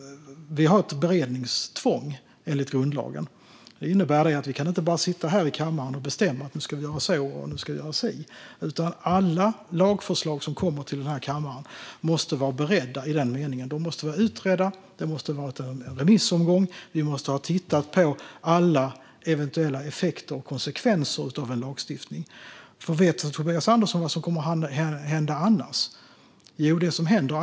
Vi har ett beredningstvång enligt grundlagen. Det innebär att vi inte bara kan sitta här i kammaren och bestämma att vi ska göra si och göra så. Alla lagförslag som kommer till denna kammare måste vara beredda i den meningen att de måste vara utredda, det måste ha varit en remissomgång och vi måste ha tittat på alla eventuella effekter och konsekvenser av lagstiftningen. Vet Tobias Andersson vad som annars kommer att hända?